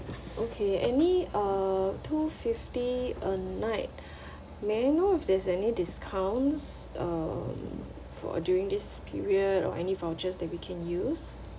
okay any err two fifty a night may I know if there's any discounts uh for during this period or any vouchers that we can use